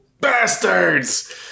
bastards